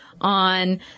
on